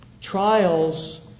Trials